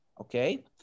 okay